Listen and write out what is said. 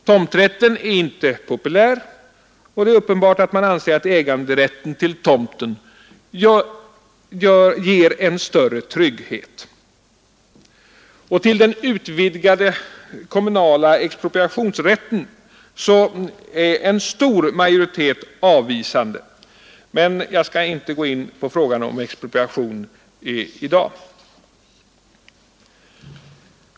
Tomträtten är inte populär, och det är uppenbart att man anser att äganderätten till tomten ger större trygghet. Till den utvidgade kommunala expropriationsrätten är en stor majoritet avvisande, men jag skall inte gå in på frågan om expropriationsrätten i dag.